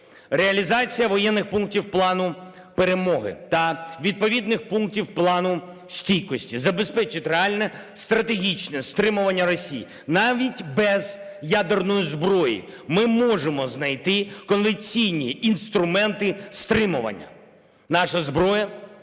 Реалізація воєнних пунктів Плану перемоги та відповідних пунктів Плану стійкості забезпечить реальне стратегічне стримування Росії, навіть без ядерної зброї. Ми можемо знайти конвенційні інструменти стримування. Наша зброя